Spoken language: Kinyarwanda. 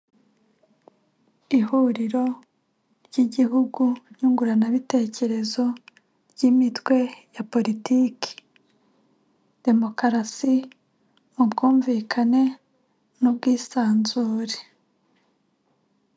Ihuriro ry igihugu nyunguranabitekerezo, ry'imitwe ya politiki demokarasi, ubwumvikane n'ubwisanzure.